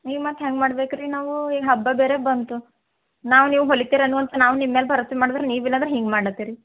ನೀವು ಮತ್ತು ಹ್ಯಾಂಗ ಮಾಡ್ಬೇಕು ರೀ ನಾವು ಈಗ ಹಬ್ಬ ಬೇರೆ ಬಂತು ನಾವು ನೀವು ಹೊಲಿತಿರ ಏನೋ ಅಂತ ನಾವು ನಿಮ್ಮ ಮ್ಯಾಲೆ ಬರಸೆ ಮಾಡಿದ್ರ ನೀವು ಇಲ್ಲಾಂದರೆ ಹಿಂಗೆ ಮಾಡ್ಲತಿರಿ